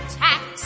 tax